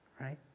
Right